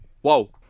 Whoa